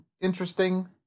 interesting